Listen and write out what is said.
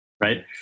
Right